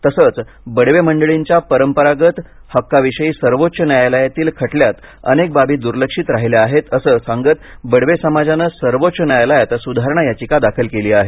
तसंच बडवे मंडळींच्या परंपरागत हक्काविषयी सर्वोच्च न्यायालयातील खटल्यात अनेक बाबी दुर्लक्षित राहिल्या आहेत असं सांगत बडवे समाजाने सर्वोच्च न्यायालयात सुधारणा याचिका दाखल केली आहे